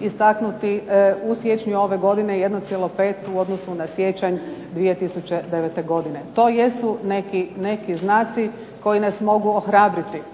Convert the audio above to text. istaknuti, u siječnju ove godine 1,5 u odnosu na siječanj 2009. godine. To jesu neki znaci koji nas mogu ohrabriti,